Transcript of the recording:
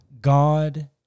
God